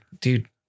dude